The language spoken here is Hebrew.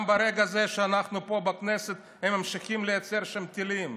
גם ברגע זה שאנחנו פה בכנסת הם ממשיכים לייצר שם טילים,